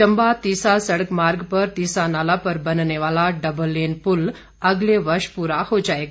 चंबा तीसा सड़क मार्ग पर तीसा नाला पर बनने वाला डबल लेन पुल अगले वर्ष प्ररा हो जाएगा